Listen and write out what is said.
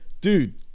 dude